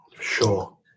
Sure